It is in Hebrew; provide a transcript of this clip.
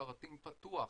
גם של השרתים פתוח.